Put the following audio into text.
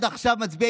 היושב-ראש, במקום מי?